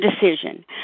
decision